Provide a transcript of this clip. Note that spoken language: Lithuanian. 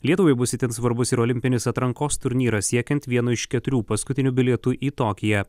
lietuvai bus itin svarbus ir olimpinis atrankos turnyras siekiant vieno iš keturių paskutinių bilietų į tokiją